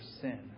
sin